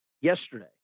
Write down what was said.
yesterday